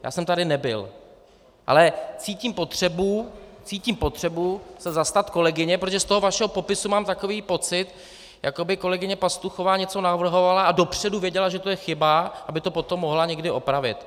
Já jsem tady nebyl, ale cítím potřebu se zastat kolegyně, protože z toho vašeho popisu mám takový pocit, jako by kolegyně Pastuchová něco navrhovala a dopředu věděla, že to je chyba, aby to potom mohla někdy opravit.